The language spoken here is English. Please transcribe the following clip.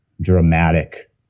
dramatic